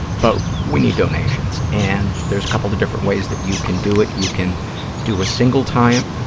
but we need donations, and there's a couple of different ways that you can do it. you can do a single-time,